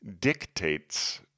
Dictates